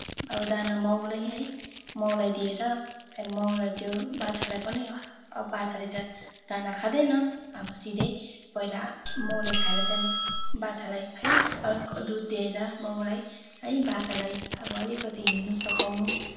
अब दाना माउलाई है माउलाई दिएर त्यहाँदेखि माउलाई त्यो बाछालाई पनि अब बाछाले त दाना खाँदैन अब सिधै पहिला माउले खाएर त्यहाँदेखि बाछालाई है अलग्गै दुध दिएर माउलाई है बाच्छालाई अब अलिकति हिँड्नु सिकाउनु